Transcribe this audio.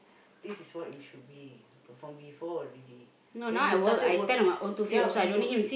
this is what we should be from before already when you started working ya when you